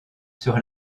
sur